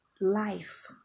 life